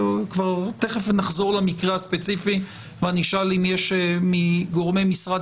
תיכף נחזור למקרה הספציפי ואני אשאל אם יש מגורמי משרד